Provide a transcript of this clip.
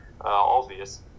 obvious